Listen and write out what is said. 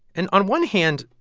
and on one hand,